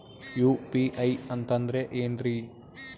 UPI ಅಂತಂದ್ರೆ ಏನ್ರೀ?